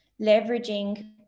leveraging